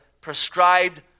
prescribed